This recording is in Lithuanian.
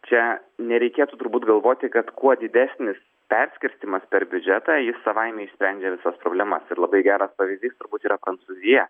čia nereikėtų turbūt galvoti kad kuo didesnis perskirstymas per biudžetą jis savaime išsprendžia visas problemas ir labai geras pavyzdys turbūt yra prancūzija